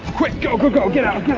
quick, go, go, go.